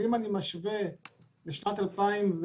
אם אני משווה לשנת 2019